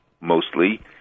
mostly